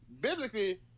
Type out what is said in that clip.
Biblically